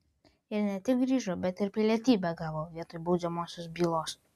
ir ne tik grįžo bet ir pilietybę gavo vietoj baudžiamosios bylos